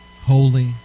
holy